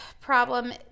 problem